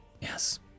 Yes